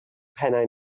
pennau